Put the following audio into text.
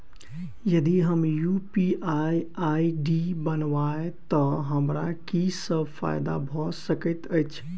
यदि हम UPI ID बनाबै तऽ हमरा की सब फायदा भऽ सकैत अछि?